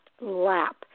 lap